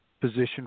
position